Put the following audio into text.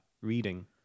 reading